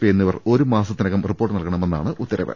P എന്നിവർ ഒരുമാസത്തിനകം report നൽകണമെ ന്നാണ് ഉത്തരവ്